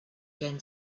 can